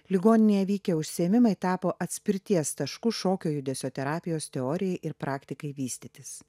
ligoninėje vykę užsiėmimai tapo atspirties tašku šokio judesio terapijos teorijai ir praktikai vystytis